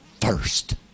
first